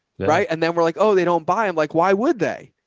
right. and then we're like, oh, they don't buy. i'm like, why would they,